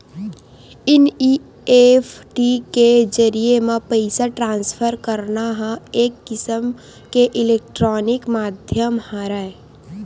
NEFT के जरिए म पइसा ट्रांसफर करना ह एक किसम के इलेक्टानिक माधियम हरय